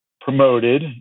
promoted